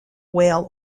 whale